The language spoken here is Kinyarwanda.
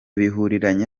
bihuriranye